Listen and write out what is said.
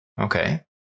Okay